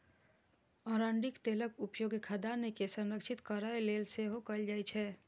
अरंडीक तेलक उपयोग खाद्यान्न के संरक्षित करै लेल सेहो कैल जाइ छै